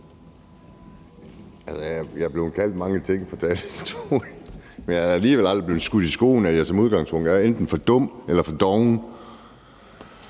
Jeg er blevet kaldt mange ting fra talerstolen, men jeg er alligevel aldrig blevet skudt i skoene, at jeg som udgangspunkt er enten for dum eller for doven